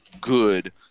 good